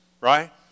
right